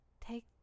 take